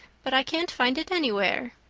but i can't find it anywhere.